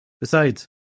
Besides